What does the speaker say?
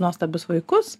nuostabius vaikus